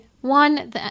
one